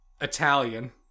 Italian